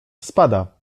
spada